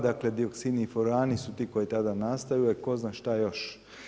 Dakle, dioksini i forani su ti koji tada nastaju, a tko zna šta još.